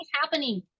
happening